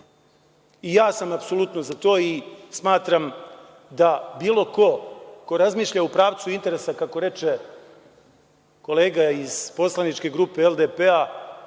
RS.Ja sam apsolutno za to i smatram da bilo ko ko razmišlja u pravcu interesa, kako reče kolega iz poslaničke grupe LDP-a,